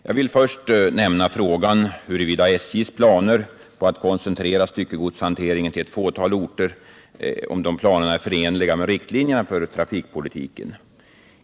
Jag vill först ta upp frågan om huruvida SJ:s planer på att koncentrera styckegodshanteringen till ett fåtal orter är förenliga med riktlinjerna för trafikpolitiken.